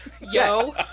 Yo